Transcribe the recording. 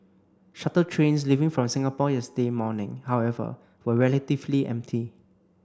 shuttle trains leaving from Singapore yesterday morning however were relatively empty